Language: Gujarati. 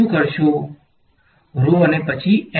વિદ્યાર્થી Rho અને પછી m